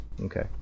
okay